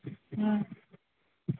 ہاں